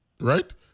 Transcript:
right